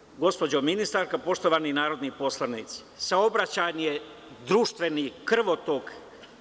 Poštovana gospođo ministarka, poštovani narodni poslanici, saobraćaj je društveni krvotok